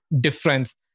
difference